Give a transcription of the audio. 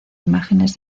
imágenes